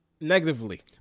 negatively